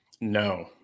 No